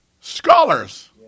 Scholars